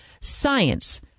science